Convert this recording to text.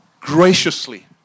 graciously